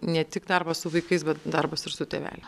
ne tik darbas su vaikais bet darbas ir su tėveli